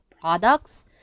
products